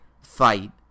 fight